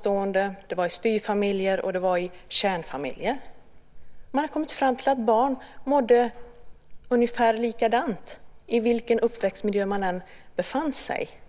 familjer - barn i styvfamiljer och barn i kärnfamiljer. Man hade kommit fram till att barn mådde ungefär likadant vilken uppväxtmiljö de än befann sig i.